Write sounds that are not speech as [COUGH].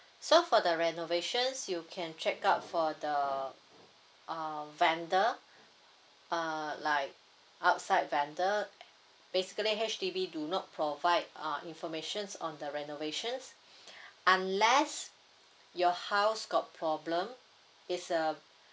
so for the renovations you can check out for the um vendor uh like outside vendor basically H_D_B do not provide uh information on the renovations [BREATH] unless your house got problem is uh